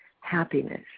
happiness